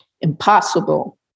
Impossible